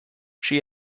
she